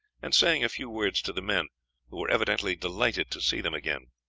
and saying a few words to the men, who were evidently delighted to see them again.